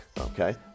Okay